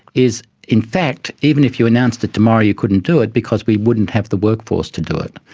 is in fact even if you announced it tomorrow you couldn't do it because we wouldn't have the workforce to do it.